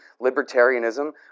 libertarianism